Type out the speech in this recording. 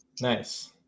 Nice